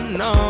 no